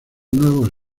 nuevos